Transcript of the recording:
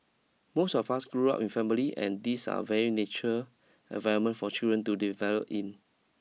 most of us grew up in family and these are very nature environment for children to develop in